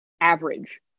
average